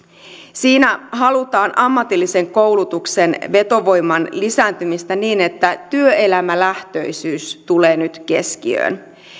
siinä halutaan ammatillisen koulutuksen vetovoiman lisääntymistä niin että työelämälähtöisyys tulee nyt keskiöön